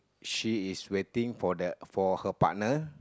she is waiting for the for her partner